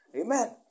Amen